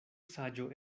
saĝo